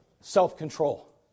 self-control